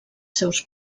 seus